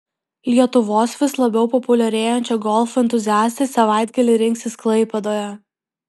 lietuvos vis labiau populiarėjančio golfo entuziastai savaitgalį rinksis klaipėdoje